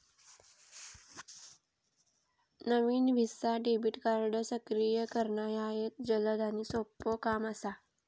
नवीन Visa debit card सक्रिय करणा ह्या एक जलद आणि सोपो काम असा